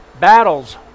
battles